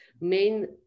main